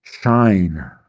shine